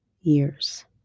Years